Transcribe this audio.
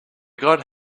god